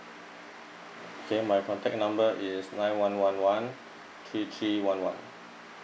okay my contact number is nine one one one three three one one